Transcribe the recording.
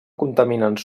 contaminants